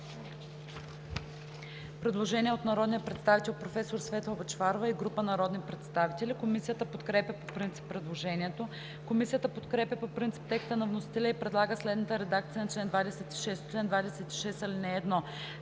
предложение от народния представител Георги Станков и група народни представители. Комисията подкрепя по принцип предложението. Комисията подкрепя по принцип текста на вносителя и предлага следната редакция на чл. 9: „Чл. 9. Бизнес